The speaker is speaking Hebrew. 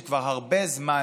שכבר הרבה זמן